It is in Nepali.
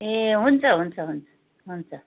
ए हुन्छ हुन्छ हुन्छ हुन्छ